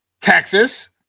Texas